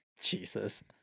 Jesus